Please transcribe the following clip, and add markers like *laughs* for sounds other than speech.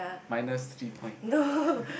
minus three point *laughs*